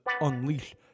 Unleash